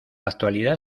actualidad